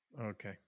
Okay